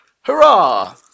Hurrah